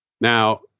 Now